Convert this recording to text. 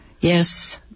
Yes